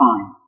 Fine